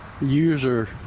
User